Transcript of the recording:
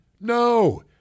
No